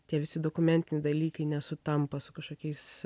tie visi dokumentiniai dalykai nesutampa su kažkokiais